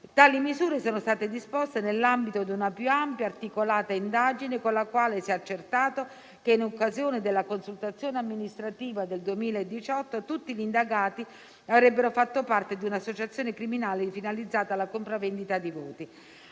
Tali misure sono state disposte nell'ambito di una più ampia e articolata indagine, con la quale si è accertato che in occasione della consultazione amministrativa del 2018 tutti gli indagati avrebbero fatto parte di un'associazione criminale finalizzata alla compravendita di voti.